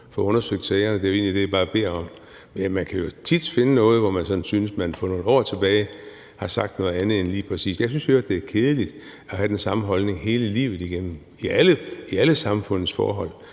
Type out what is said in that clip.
få undersøgt sagerne. Det er jo egentlig bare det, jeg beder om. Men man kan jo tit finde noget, hvor man synes at man nogle år tilbage har sagt noget andet. Jeg synes i øvrigt, det er kedeligt at have den samme holdning hele livet igennem – i alle samfundets forhold.